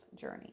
journey